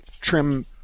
trim